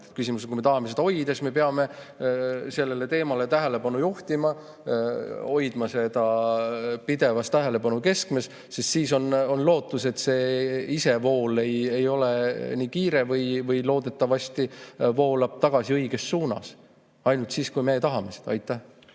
Tartus on. Kui me tahame seda hoida, siis me peame sellele teemale tähelepanu juhtima, hoidma seda pidevalt tähelepanu keskmes, sest siis on lootust, et see isevool ei ole nii kiire või loodetavasti voolab see tagasi õiges suunas. Aga ainult siis, kui me seda tahame.